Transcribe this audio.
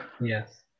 Yes